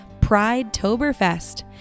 Pride-toberfest